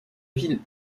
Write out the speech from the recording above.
ville